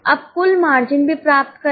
अब कुल मार्जिन भी प्राप्त करें